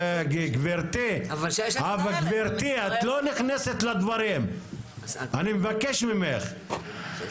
גבירתי, את לא נכנסת לדברים, אני מבקש ממך.